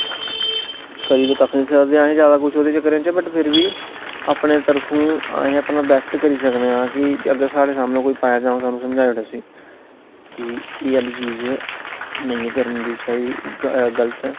करी ते कक्ख नेईं सकदे अस ज्याद कुछ ओहदे चक्कर च पर फिर बी अपने तरफूं असें अपना बेस्ट करी सकने आं कि अगर साढ़े सामने कोई पाए ते अऊं समझाई ओड़ां उसी कि एह् आहली चीज नेईं करनी चाहिदी एह् गल्त ऐ